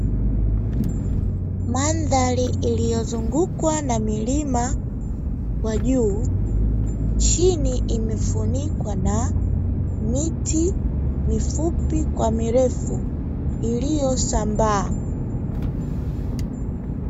Mandhari lililozungukwa na milima kwa juu, chini imefunikwa na miti mifupi kwa mirefu iliyosambaa.